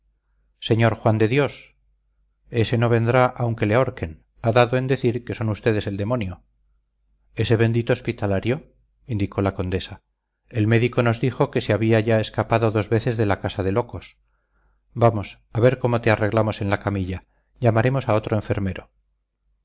sr juan de dios ese no vendrá aunque le ahorquen ha dado en decir que son ustedes el demonio ese bendito hospitalario indicó la condesa el médico nos dijo que se había ya escapado dos veces de la casa de locos vamos a ver cómo te arreglamos en la camilla llamaremos a otro enfermero